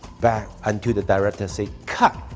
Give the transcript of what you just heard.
back until the director say cut.